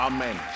Amen